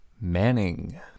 Manning